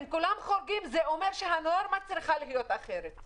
אם כולם חורגים זה אומר שהנורמה צריכה להיות אחרת.